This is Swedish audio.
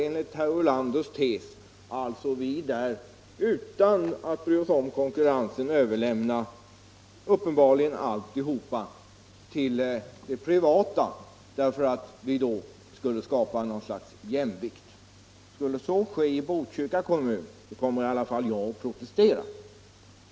Enligt herr Ulanders tes skulle vi alltså utan att bry oss om konkurrensen uppenbarligen överlämna alltsammans till privata företag därför att vi då skulle skapa något slags jämvikt. Skulle så ske i Botkyrka kommun, kommer i varje fall jag att protestera.